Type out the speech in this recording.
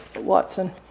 Watson